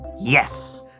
Yes